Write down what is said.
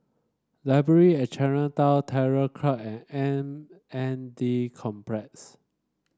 Library at Chinatown Terror Club and M N D Complex